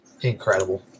incredible